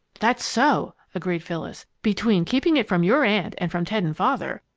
that's so! agreed phyllis. between keeping it from your aunt and from ted and father,